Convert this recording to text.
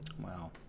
Wow